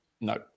No